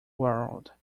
world